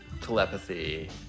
Telepathy